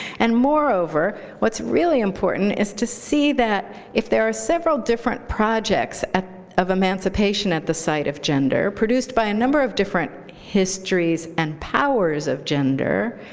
and moreover, what's really important is to see that if there are several different projects of emancipation at the site of gender produced by a number of different histories and powers of gender,